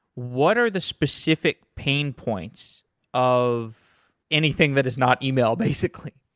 what are the specific pain points of anything that is not email basically?